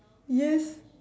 yes